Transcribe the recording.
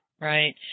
Right